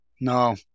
No